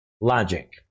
logic